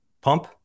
pump